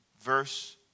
verse